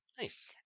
Nice